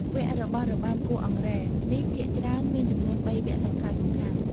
វគ្គរបស់របាំគោះអង្រែនេះភាគច្រើនមានចំនួន ៣ វគ្គសំខាន់ៗ។